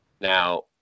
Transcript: Now